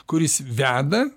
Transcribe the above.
kuris veda